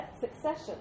succession